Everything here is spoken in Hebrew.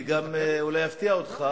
אני גם אולי אפתיע אותך.